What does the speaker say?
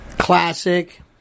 classic